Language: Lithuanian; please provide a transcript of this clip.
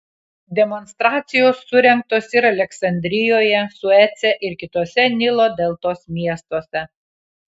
demonstracijos surengtos ir aleksandrijoje suece ir kituose nilo deltos miestuose